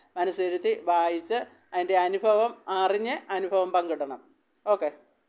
മനസ്സിരുത്തി വായിച്ച് അതിൻ്റെ അനുഭവം അറിഞ്ഞ് അനുഭവം പങ്കിടണം ഓക്കെ